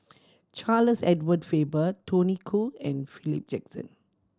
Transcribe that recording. Charles Edward Faber Tony Khoo and Philip Jackson